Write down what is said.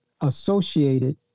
associated